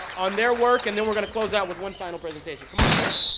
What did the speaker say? on their work and then we're going to close out with one final presentation. come on. diana